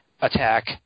attack